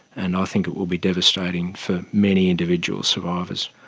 and i think it will be devastating for many individual survivors.